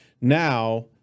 now –